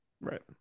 right